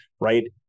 right